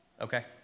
Okay